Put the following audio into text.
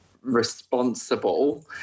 responsible